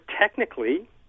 technically